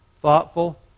thoughtful